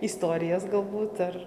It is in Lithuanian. istorijas galbūt ar